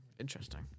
Interesting